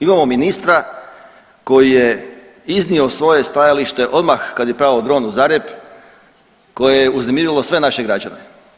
Imamo ministra koji je iznio svoje stajalište odmah kad je pao dron u Zagreb koje je uznemirilo sve naše građane.